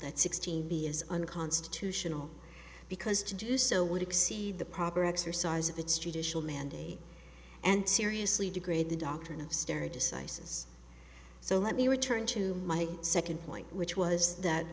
that sixteen b is unconstitutional because to do so would exceed the proper exercise of its judicial mandate and seriously degrade the doctrine of stare decisis so let me return to my second point which was that